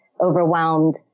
overwhelmed